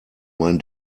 mein